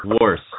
worse